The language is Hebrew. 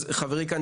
אז חברי כאן,